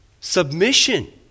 submission